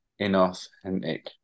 inauthentic